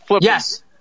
Yes